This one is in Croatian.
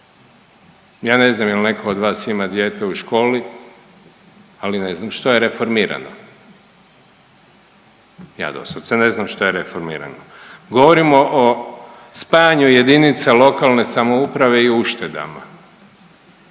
ja ne znam jel neko od vas ima dijete u školi, ali ne znam što je reformirano, ja dosad ne znam što je reformirano. Govorimo o spajanju JLS i uštedama.